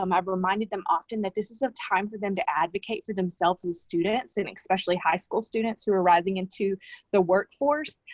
um i've reminded them often that this is a time for them to advocate for themselves, and students, and especially high school students who are rising into the workforce,